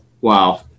Wow